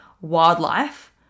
wildlife